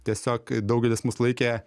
tiesiog daugelis mus laikė